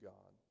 God